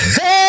Hey